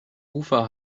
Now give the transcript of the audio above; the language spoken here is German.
ufer